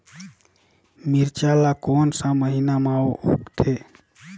मिरचा ला कोन सा महीन मां उगथे?